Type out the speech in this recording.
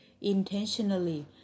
intentionally